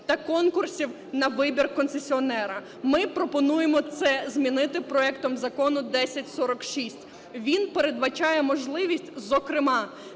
та конкурсів на вибір концесіонера. Ми пропонуємо це змінити проектом Закону 1046. Він передбачає можливість зокрема